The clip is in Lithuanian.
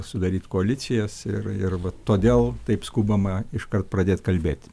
sudaryti koalicijas ir ir todėl taip skubama iškart pradėt kalbėti